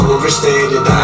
Overstated